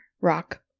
Rock